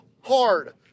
hard